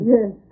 Yes